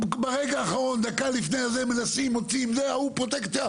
בירושלים לא יכול להיות שרק מי שיש לו כסף ייקבר בקבורת שדה,